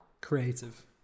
Creative